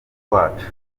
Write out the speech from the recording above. wacu